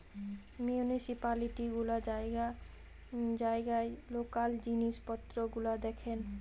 municipality গুলা জায়গায় জায়গায় লোকাল জিনিস পত্র গুলা দেখেন